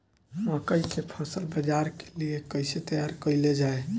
मकई के फसल बाजार के लिए कइसे तैयार कईले जाए?